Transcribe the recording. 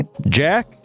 Jack